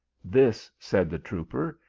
this, said the trooper,